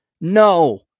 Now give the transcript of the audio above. No